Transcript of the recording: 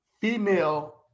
female